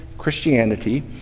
Christianity